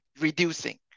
reducing